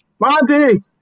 Monty